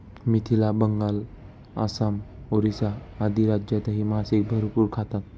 मिथिला, बंगाल, आसाम, ओरिसा आदी राज्यांतही मासे भरपूर खातात